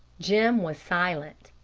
jim was silent.